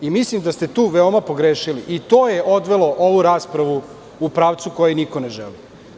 Mislim da ste tu veoma pogrešili i to je odvelo ovu raspravu u pravcu koji niko ne želi.